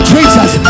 Jesus